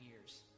years